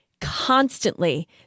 constantly